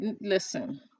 listen